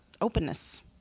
openness